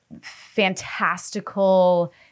fantastical